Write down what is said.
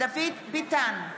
דוד ביטן,